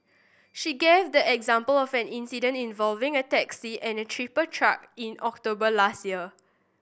she gave the example of an accident involving a taxi and a tipper truck in October last year